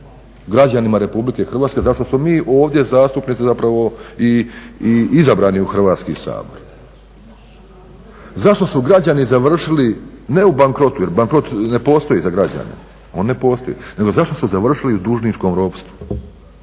građanima RH za što smo mi ovdje zastupnici zapravo i izabrani u Hrvatski sabor? Zašto su građani završili ne u bankrotu jer bankrot ne postoji za građane, on ne postoji, nego zašto su završili u dužničkom ropstvu?